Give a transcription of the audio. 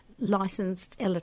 Licensed